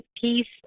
peace